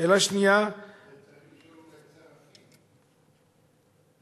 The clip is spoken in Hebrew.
שאלה שנייה, את זה אתה צריך לשאול את שר הפנים.